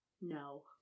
No